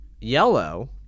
yellow